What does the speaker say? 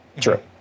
True